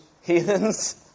Heathens